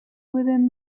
within